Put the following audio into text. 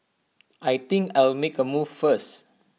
I think I'll make A move first